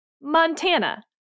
Montana